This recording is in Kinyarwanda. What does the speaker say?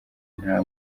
nta